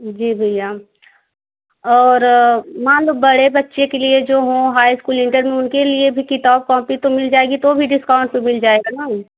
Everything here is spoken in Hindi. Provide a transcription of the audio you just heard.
जी भैया और मान लो बड़े बच्चे के लिए जो हो हाई इस्कूल इंटर में उनके लिए किताब कोपी तो मिल जाएगी तो भी डिस्काउंट तो मिल जाएगा ना